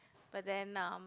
but then uh